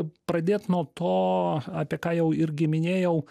pradėt nuo to apie ką jau irgi minėjau